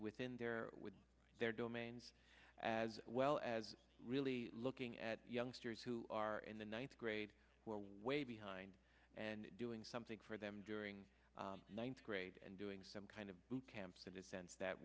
within their with their domains as as well as really looking at youngsters who are in the ninth grade way behind and doing something for them during ninth grade and doing some kind of boot camps and sense that